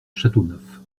châteauneuf